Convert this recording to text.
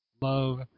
Love